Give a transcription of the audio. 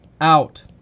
out